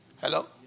Hello